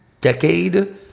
decade